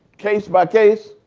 case by case,